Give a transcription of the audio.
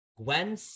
Gwen